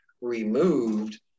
removed